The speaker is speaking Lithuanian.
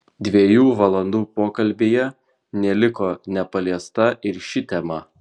dviejų valandų pokalbyje neliko nepaliesta ir ši tema